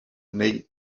neu